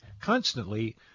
constantly